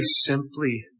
simply